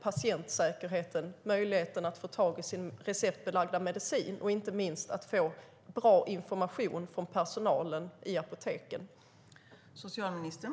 Det handlar om möjligheten att få tag i sin receptbelagda medicin och inte minst att få bra information från personalen på apoteken.